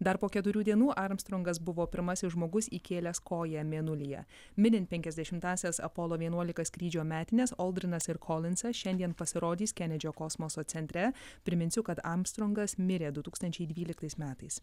dar po keturių dienų armstrongas buvo pirmasis žmogus įkėlęs koją mėnulyje minint penkiasdešimtąsias apolo vienuolika skrydžio metines oldrinas ir kolincas šiandien pasirodys kenedžio kosmoso centre priminsiu kad armstrongas mirė du tūkstančiai dvyliktais metais